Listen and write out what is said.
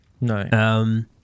No